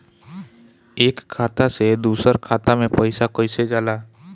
एक खाता से दूसर खाता मे पैसा कईसे जाला?